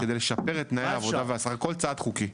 כל צעד חוקי,